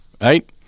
right